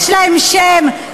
יש להם שם,